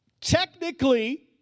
technically